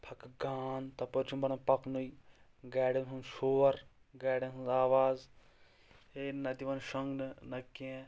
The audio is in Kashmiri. پھکہٕ گانٛد تَپٲرۍ چھُنہٕ بَنان پَکنُے گاڑٮ۪ن ہُنٛد شور گاڑٮ۪ن ہنٛز آواز ہے نَہ دِوان شۄنٛگنہٕ نَہ کینٛہہ